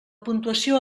puntuació